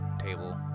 table